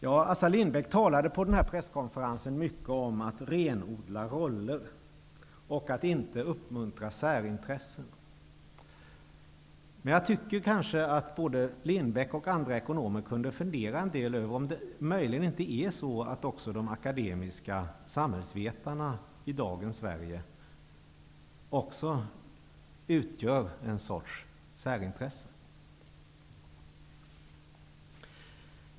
På presskonferensen talade Assar Lindbeck mycket om att renodla roller och att man inte skall uppmuntra särintressen. Men jag tycker att både Lindbeck och andra ekonomer kunde fundera en del över om det möjligen inte är så, att de akademiska samhällsvetarna i dagens Sverige också utgör en sorts särintresse.